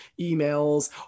emails